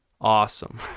awesome